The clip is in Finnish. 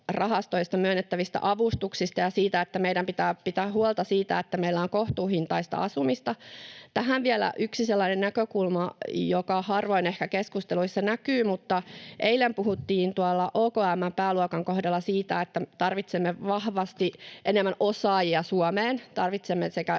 asuntorahastoista myönnettävistä avustuksista ja siitä, että meidän pitää pitää huolta siitä, että meillä on kohtuuhintaista asumista. Tähän vielä yksi sellainen näkökulma, joka harvoin ehkä keskusteluissa näkyy. Eilen puhuttiin OKM:n pääluokan kohdalla siitä, että tarvitsemme vahvasti enemmän osaajia Suomeen. Tarvitsemme sekä